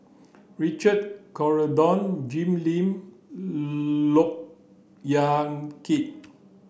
Richard Corridon Jim Lim Look Yan Kit